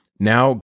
Now